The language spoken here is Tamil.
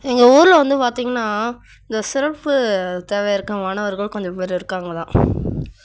எங்கள் ஊரில் வந்து பார்த்தீங்கன்னா இந்த சிறப்பு தேவை இருக்க மாணவர்கள் கொஞ்சம் பேர் இருக்காங்க தான்